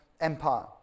Empire